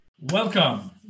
Welcome